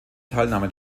teilnahme